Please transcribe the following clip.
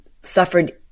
suffered